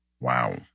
Wow